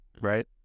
right